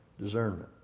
discernment